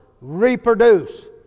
reproduce